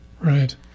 Right